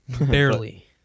Barely